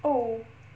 oh